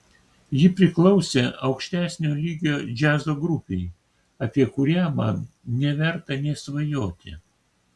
ji priklausė aukštesnio lygio džiazo grupei apie kurią man neverta nė svajoti